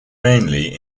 mainly